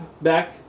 back